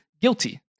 guilty